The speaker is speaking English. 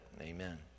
Amen